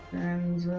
and